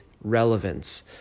relevance